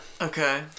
Okay